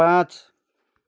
पाँच